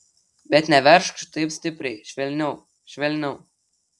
bet neveržk taip stipriai švelniau švelniau